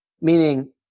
meaning